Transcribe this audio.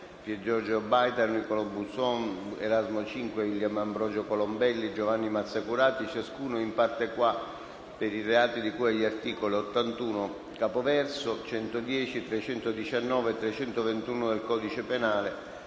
Piergiorgio Baita, Nicolò Buson, Erasmo Cinque, William Ambrogio Colombelli e Giovanni Mazzacurati, ciascuno in *parte qua* per i reati di cui agli articoli 81, capoverso, 110, 319 e 321 del codice penale